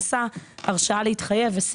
"תכנית" חלק של תחום פעולה המוקצה לעניין מסוים.